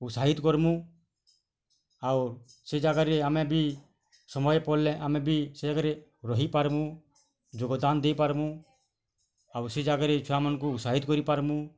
ଉତ୍ସାହିତ କର୍ମୁ ଆଉ ସେ ଯାଗାରେ ଆମେ ବି ସମୟ ପଡ଼୍ଲେ ଆମେ ବି ସେ ଯାଗାରେ ରହିପାର୍ମୁ ଯୋଗଦାନ ଦେଇ ପାର୍ମୁ ଆଉ ସେ ଯାଗାରେ ଛୁଆ ମାନ୍କୁ ଉତ୍ସାହିତ କରି ପାର୍ମୁ